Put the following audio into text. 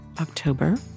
October